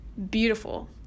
beautiful